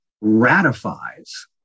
ratifies